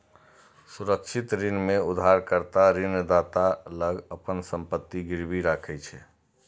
सुरक्षित ऋण मे उधारकर्ता ऋणदाता लग अपन संपत्ति गिरवी राखै छै